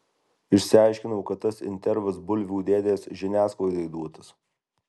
išsiaiškinau kad tas intervas bulvių dėdės žiniasklaidai duotas